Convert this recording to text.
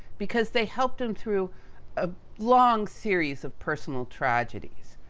because they helped him through a long series of personal tragedies.